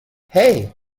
hey